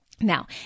Now